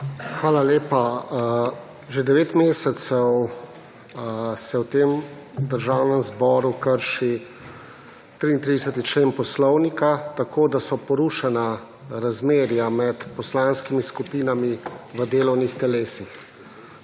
Hvala lepa. Že 9 mesecev se v tem Državnem zboru krši 33. člen Poslovnika tako, da so porušena razmerja med poslanskimi skupinami v delovnih telesih.